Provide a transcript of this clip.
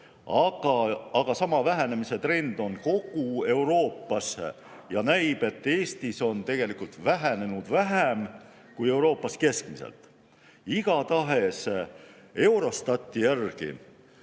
aga sama vähenemise trend on kogu Euroopas. Ja näib, et Eestis on tegelikult vähenenud vähem kui Euroopas keskmiselt. Igatahes Eurostati järgi